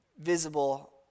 visible